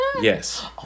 yes